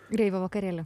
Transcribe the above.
reivo vakarėlį